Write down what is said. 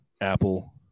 Apple